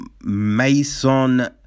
Mason